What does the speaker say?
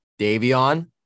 Davion